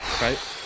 right